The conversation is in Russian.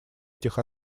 этих